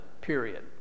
period